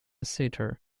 theatre